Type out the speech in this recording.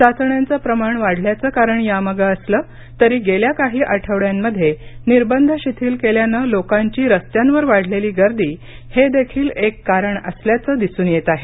चाचण्यांचं प्रमाण वाढल्याचं कारण यामागं असलं तरी गेल्या काही आठवड्यांमध्ये निर्बंध शिथिल केल्यानं लोकांची रस्त्यांवर वाढलेली गर्दी हे देखील एक कारण असल्याचं दिसून येत आहे